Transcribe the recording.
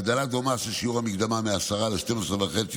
הגדלה דומה של שיעור המקדמה מ-10% ל-12.5%